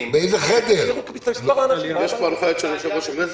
במקרה הזה,